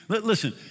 Listen